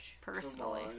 personally